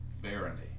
Barony